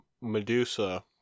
Medusa